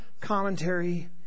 commentary